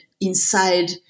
inside